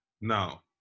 Now